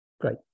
Great